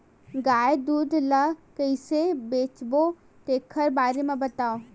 गाय दूध ल कइसे बेचबो तेखर बारे में बताओ?